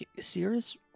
serious